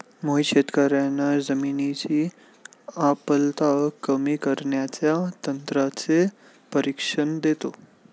मोहित शेतकर्यांना जमिनीची आम्लता कमी करण्याच्या तंत्राचे प्रशिक्षण देतो